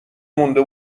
مونده